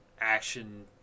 action